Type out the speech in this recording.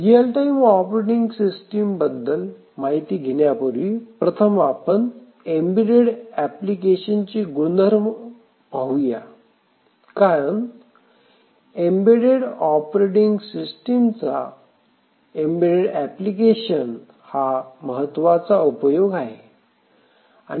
real time operating system बद्दल माहिती घेण्यापूर्वी प्रथम आपण एम्बेड्डेड एप्लीकेशनचे गुणधर्म पाहूया कारण एम्बेडेड ऑपरेटिंग सिस्टिमचा एम्बेडेड एप्लिकेशन हा महत्त्वाचा उपयोग आहे